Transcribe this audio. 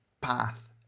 path